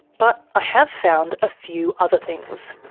but i have found a few other things.